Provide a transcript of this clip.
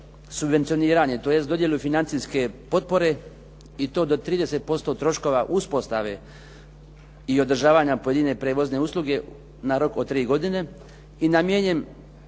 subvencioniranje tj. dodjelu financijske potpore i to do 30% troškova uspostave i održavanja pojedine prijevozne usluge na rok od 3 godine i namijenjen